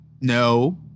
no